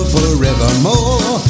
forevermore